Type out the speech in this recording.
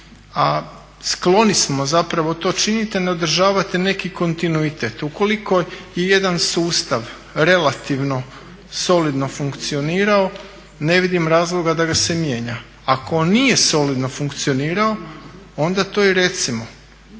a skloni smo zapravo to činiti a ne održavati neki kontinuitet. Ukoliko je jedan sustav relativno solidno funkcionirao ne vidim razloga da ga se mijenja. Ako on nije solidno funkcionirao onda to i recimo